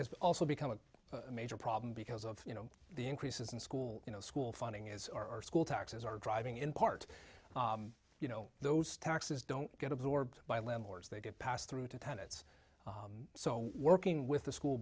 has also become a major problem because of you know the increases in school you know school funding is or school taxes are driving in part you know those taxes don't get absorbed by landlords they get passed through to tenets so working with the school